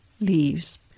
Leaves